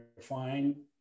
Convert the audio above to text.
fine